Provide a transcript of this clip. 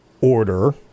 order